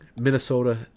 Minnesota